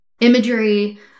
imagery